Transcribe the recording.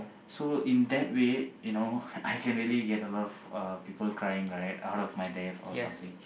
so in that way you know I can really can get a lot of uh people crying right out of my death or something